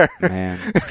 Man